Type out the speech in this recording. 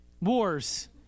wars